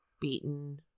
beaten